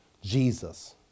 Jesus